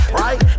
right